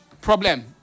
problem